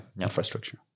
infrastructure